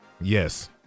Yes